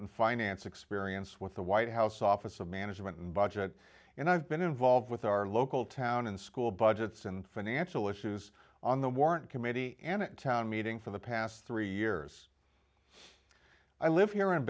and finance experience with the white house office of management and budget and i've been involved with our local town and school budgets and financial issues on the warrant committee and town meeting for the past three years i live here